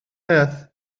beth